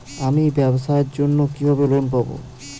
আমি ব্যবসার জন্য কিভাবে লোন পাব?